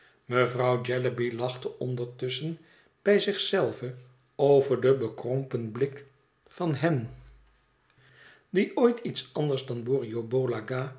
mevrouw jellyby lachte ondertusschen bij zich zelve over den bekrompen blik van hen die ooit iets anders dan borrioboola ghakonden